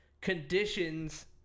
Conditions